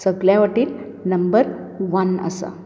सगल्या वटेन number one आसा